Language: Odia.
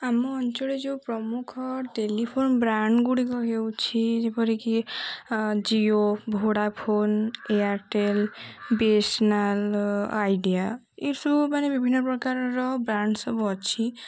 ଆମ ଅଞ୍ଚଳ ଯେଉଁ ପ୍ରମୁଖ ଟେଲିଫୋନ ବ୍ରାଣ୍ଡଗୁଡ଼ିକ ହେଉଛି ଯେପରିକି Jio Vodafone Airtel BSNL Idea ଏସବୁ ମାନେ ବିଭିନ୍ନ ପ୍ରକାରର ବ୍ରାଣ୍ଡ ସବୁ ଅଛି